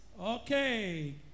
Okay